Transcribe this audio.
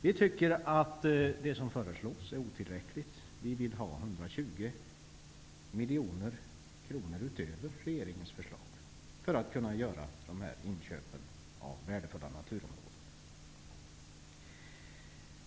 Vi tycker att de medel som föreslås är otillräckliga. Vi vill att de skall uppgå till 120 miljoner kronor utöver regeringens förslag för att man skall kunna göra dessa inköp av värdefulla naturområden.